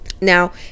Now